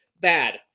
Bad